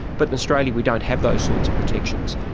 but in australia we don't have those sorts of protections,